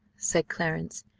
said clarence,